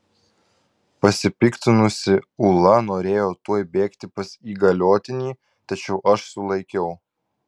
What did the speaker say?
pasipiktinusi ula norėjo tuoj bėgti pas įgaliotinį tačiau aš sulaikiau